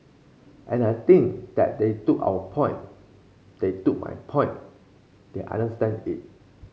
and I think that they took our point they took my point they understand it